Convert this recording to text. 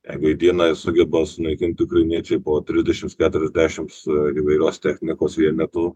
jeigu į dieną sugeba sunaikint ukrainiečiai po trisdešimts keturiasdešimts įvairios technikos vienetų